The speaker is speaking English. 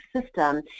system